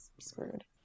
screwed